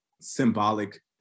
symbolic